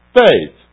faith